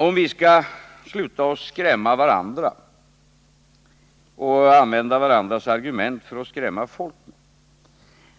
Om vi skall sluta att skrämnia varandra och använda varandras argument för att skrämma folk med,